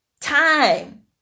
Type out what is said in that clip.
time